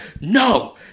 No